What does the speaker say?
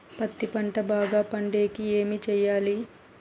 పత్తి పంట బాగా పండే కి ఏమి చెయ్యాలి?